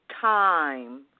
time